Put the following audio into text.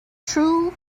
true